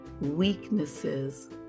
weaknesses